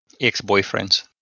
Ex-boyfriends